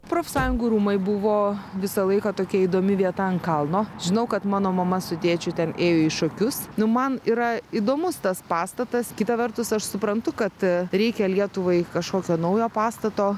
profsąjungų rūmai buvo visą laiką tokia įdomi vieta ant kalno žinau kad mano mama su tėčiu ten ėjo į šokius nu man yra įdomus tas pastatas kita vertus aš suprantu kad reikia lietuvai kažkokio naujo pastato